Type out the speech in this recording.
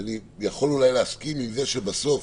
שאני יכול אולי להסכים עם זה שבסוף